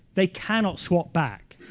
they cannot swap back.